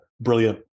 brilliant